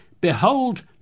Behold